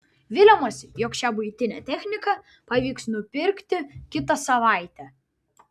viliamasi jog šią buitinę techniką pavyks nupirkti kitą savaitę